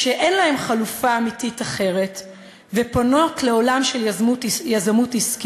שאין להן חלופה אמיתית ופונות לעולם של יזמות עסקית,